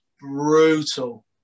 brutal